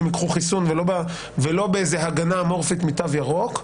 הם ייקחו חיסון ולא באיזו הגנה אמורפית מתו ירוק,